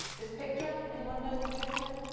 this picture anyone know this picture?